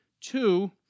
Two